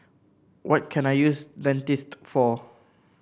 what can I use Dentiste for